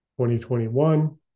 2021